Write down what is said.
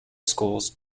schools